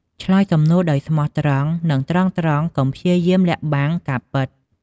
ឆ្លើយសំណួរដោយស្មោះត្រង់ និងត្រង់ៗកុំព្យាយាមលាក់បាំងការពិត។